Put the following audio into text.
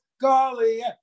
Golly